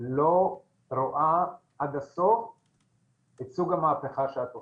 לא רואה עד הסוף את סוג המהפכה שאת עושה.